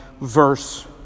verse